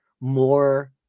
more